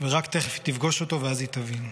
ורק תכף היא תפגוש אותו ואז היא תבין.